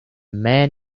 man